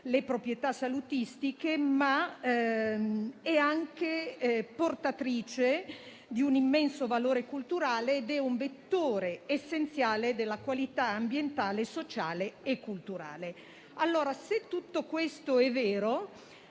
le proprietà salutistiche, ma anche perché portatrice di un immenso valore culturale ed è un vettore essenziale della qualità ambientale, sociale e culturale. Se tutto ciò è vero,